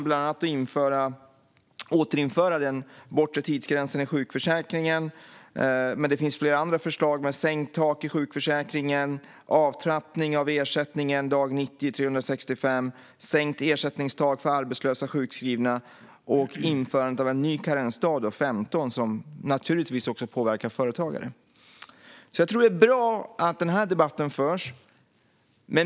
Bland annat vill man återinföra den bortre tidsgränsen i sjukförsäkringen, men det finns flera andra förslag: sänkt tak i sjukförsäkringen, avtrappning av ersättningen dag 90-365, sänkt ersättningstak för arbetslösa och sjukskrivna samt införande av en ny karensdag, 15, något som naturligtvis också påverkar företagare. Jag tror att det är bra att denna debatt förs.